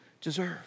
deserve